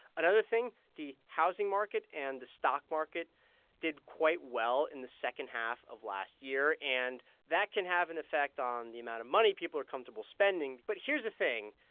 another thing the housing market and the stock market did quite well in the second half of last year, and that can have an effect on the amount of money people are comfortable spending but here's the thing.